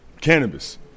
Cannabis